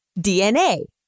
DNA